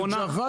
לאחרונה,